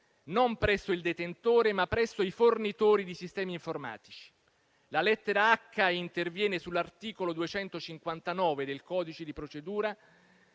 non presso il detentore, ma presso i fornitori di sistemi informatici. La lettera *h*) interviene sull'articolo 259 del codice, includendo